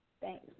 Thanks